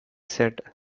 said